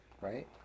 right